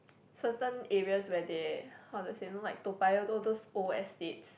certain areas where they how to say know like Toa-Payoh all those old estates